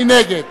מי נגד?